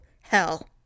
hell